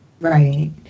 Right